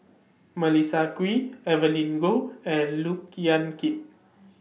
Melissa Kwee Evelyn Goh and Look Yan Kit